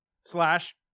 slash